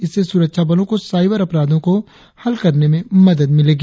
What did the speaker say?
इससे सुरक्षाबलों को साइबर अपराधों को हल करने में मदद मिलेगी